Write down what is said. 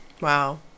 Wow